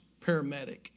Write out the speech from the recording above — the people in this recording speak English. paramedic